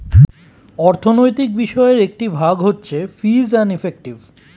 অর্থনৈতিক বিষয়ের একটি ভাগ হচ্ছে ফিস এন্ড ইফেক্টিভ